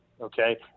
Okay